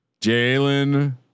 Jalen